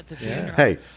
Hey